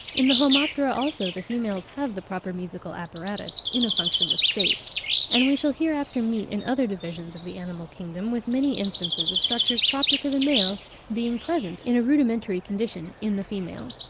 in the homoptera, also, the females have the proper musical apparatus in a functionless state and we shall hereafter meet in other divisions of the animal kingdom with many instances of structures proper to the male being present in a rudimentary condition in the female.